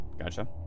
Gotcha